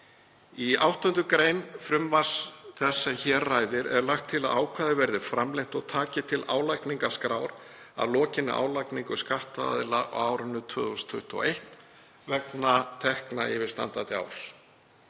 Í 8. gr. frumvarpsins sem hér ræðir er lagt til að ákvæðið verði framlengt og taki til álagningarskrár að lokinni álagningu skattaðila á árinu 2021 vegna tekna ársins